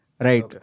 Right